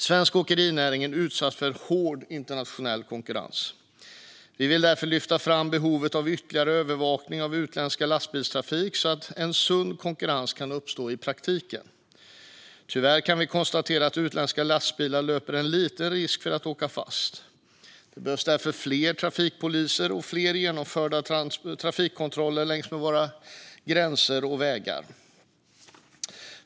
Svensk åkerinäring är utsatt för hård internationell konkurrens. Vi vill därför lyfta fram behovet av ytterligare övervakning av utländsk lastbilstrafik så att en sund konkurrens kan uppstå i praktiken. Tyvärr kan vi konstatera att utländska lastbilar löper en liten risk att åka fast. Det behövs därför fler trafikpoliser och fler genomförda trafikkontroller längs med våra gränser och vägar.